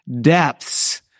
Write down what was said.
depths